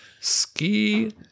Ski